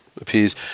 appears